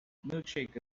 milkshake